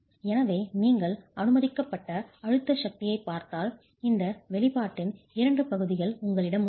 எனவே நீங்கள் அனுமதிக்கப்பட்ட அமுக்க சக்தியைப் பார்த்தால் இந்த வெளிப்பாட்டின் 2 பகுதிகள் உங்களிடம் உள்ளன